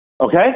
okay